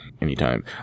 anytime